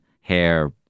hair